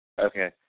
Okay